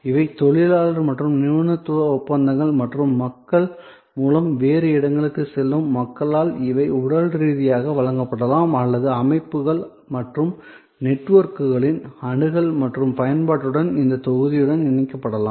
இவை தொழிலாளர் மற்றும் நிபுணத்துவ ஒப்பந்தங்கள் மற்றும் மக்கள் மூலம் வேறு இடங்களுக்குச் செல்லும் மக்களால் இவை உடல் ரீதியாக வழங்கப்படலாம் அல்லது அமைப்புகள் மற்றும் நெட்வொர்க்குகளின் அணுகல் மற்றும் பயன்பாட்டுடன் இந்த தொகுதியுடன் இணைக்கப்படலாம்